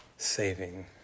saving